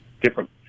different